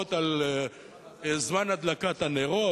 הודעות על זמן הדלקת הנרות.